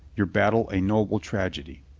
your battle a noble tragedy.